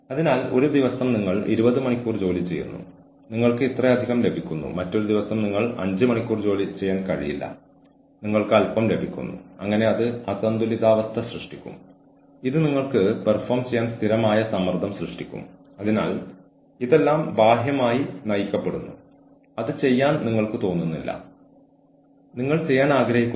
അവരുടെ കീഴുദ്യോഗസ്ഥർക്ക് ഫീഡ്ബാക്ക് നൽകുന്നതിനും പരിശീലനം നൽകുന്നതിനും സൂപ്പർവൈസർമാരെ പരിശീലിപ്പിക്കുന്നു പ്രശ്നസാഹചര്യങ്ങളിൽ അച്ചടക്കത്തിന് പകരം കൌൺസിലിംഗുമായി ഇടപെടാൻ സൂപ്പർവൈസർമാരെ പ്രോത്സാഹിപ്പിക്കുന്നു